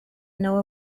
nawe